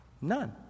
None